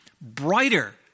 brighter